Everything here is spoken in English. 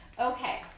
okay